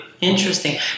Interesting